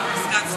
בירכתי.